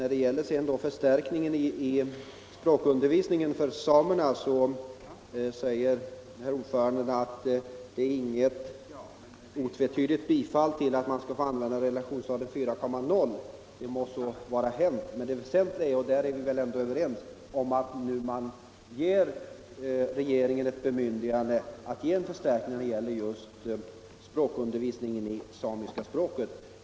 I fråga om förstärkningen av språkundervisningen för samerna säger herr ordföranden i utbildningsutskottet, att det inte ges något otvetydigt bifall till förslaget att man skall få använda relationstalet 4,0. Det må vara hänt, men vi är väl ändå ense om att regeringen nu får bemyndigande att ge en förstärkning när det gäller undervisningen i samiska språk.